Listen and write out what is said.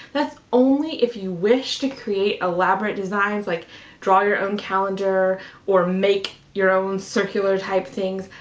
that's only if you wish to create elaborate designs, like draw your own calendar or make your own circular type things.